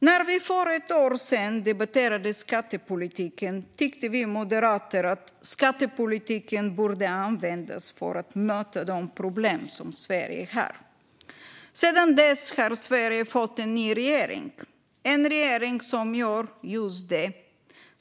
När vi för ett år sedan debatterade skattepolitiken tyckte vi moderater att skattepolitiken borde användas för att möta de problem som Sverige har. Sedan dess har Sverige fått en ny regering - en regering som gör just detta.